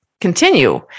continue